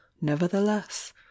nevertheless